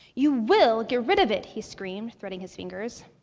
you will get rid of it! he screamed, threading his fingers.